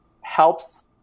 helps